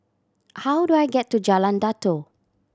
how do I get to Jalan Datoh